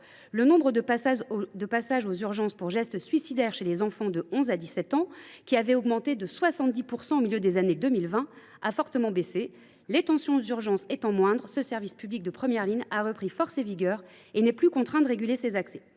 le nombre de passages aux urgences pour geste suicidaire chez les enfants de 11 à 17 ans, qui avait augmenté de 70 % au milieu des années 2020, a fortement baissé. Les tensions aux urgences étant moindres, ce service public de première ligne a repris force et vigueur et n’est plus contraint de réguler ses accès.